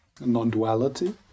non-duality